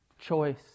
choice